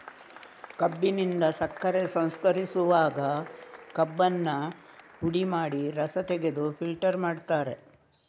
ಕಬ್ಬಿನಿಂದ ಸಕ್ಕರೆ ಸಂಸ್ಕರಿಸುವಾಗ ಕಬ್ಬನ್ನ ಹುಡಿ ಮಾಡಿ ರಸ ತೆಗೆದು ಫಿಲ್ಟರ್ ಮಾಡ್ತಾರೆ